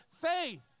faith